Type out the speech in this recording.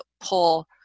pull